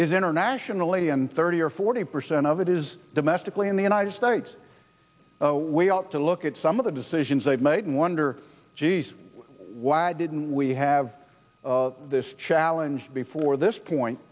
is internationally and thirty or forty percent of it is domestically in the united states we ought to look at some of the decisions they've made and wonder geez why didn't we have this challenge before this point